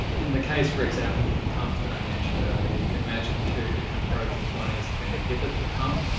in the case, for example, of the pump that i mentioned earlier, you can imagine two different approaches. one is to inhibit the pump,